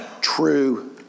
true